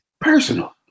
Personal